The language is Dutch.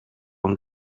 een